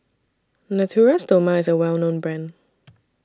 Natura Stoma IS A Well known Brand